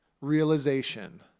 realization